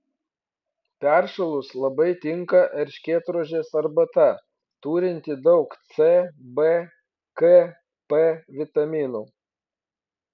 peršalus labai tinka erškėtrožės arbata turinti daug c b k p vitaminų